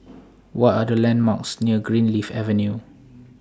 What Are The landmarks near Greenleaf Avenue